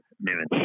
minutes